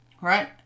right